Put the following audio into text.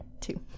Two